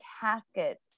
caskets